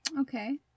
Okay